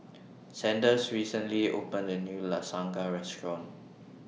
Sanders recently opened A New Lasagne Restaurant